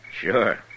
Sure